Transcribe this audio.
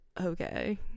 okay